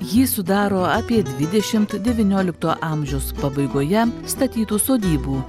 jį sudaro apie dvidešimt devyniolikto amžiaus pabaigoje statytų sodybų